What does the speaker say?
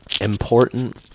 important